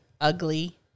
Ugly